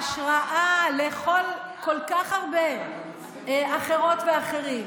השראה, השראה לכל כך הרבה אחרות ואחרים,